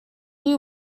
you